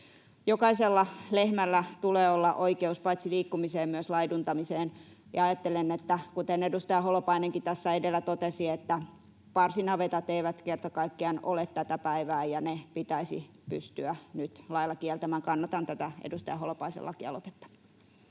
Jokaisella lehmällä tulee olla oikeus paitsi liikkumiseen myös laiduntamiseen, ja ajattelen, kuten edustaja Holopainenkin tässä edellä totesi, että parsinavetat eivät kerta kaikkiaan ole tätä päivää ja ne pitäisi pystyä nyt lailla kieltämään. Kannatan tätä edustaja Holopaisen lakialoitetta.